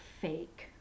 fake